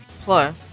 Plus